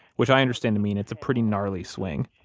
which i understand to mean it's a pretty gnarly swing.